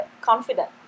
confident